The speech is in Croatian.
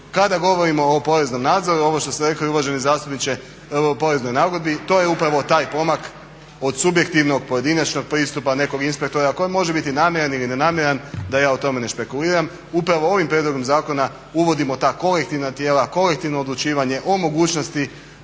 Kada govorimo o poreznom nadzoru, ovo što ste rekli uvaženi zastupniče o poreznoj nagodbi, to je upravo taj pomak od subjektivnog, pojedinačnog pristupa nekog inspektora koji može biti namjeran ili ne namjeran, da ja o tome na špekuliram, upravo ovim prijedlogom zakona uvodimo ta kolektivna tijela, kolektivno odlučivanje o mogućnosti